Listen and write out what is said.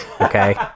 okay